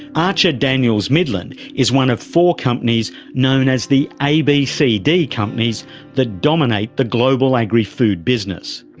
archer daniels midland is one of four companies known as the abcd companies that dominate the global agri-food business.